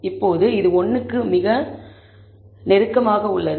இப்போது இது 1 க்கு மிக நெருக்கமாக உள்ளது